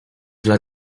dla